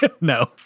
No